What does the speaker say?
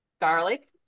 Garlic